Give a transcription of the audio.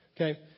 Okay